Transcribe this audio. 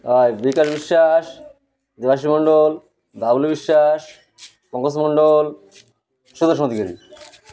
Bikash Biswas Debasis Mondal Babul Biswas Pankaj Mandal ମଦଗିରିୀ